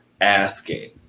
asking